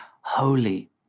holy